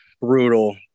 brutal